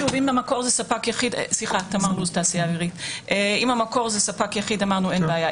שוב, אם המקור זה ספק יחיד, אמרנו אין בעיה.